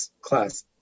class